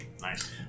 nice